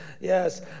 Yes